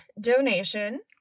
donation